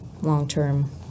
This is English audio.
long-term